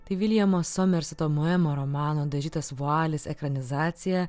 tai williamo somerseto moemo romano dažytas vualis ekranizacija